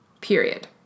Period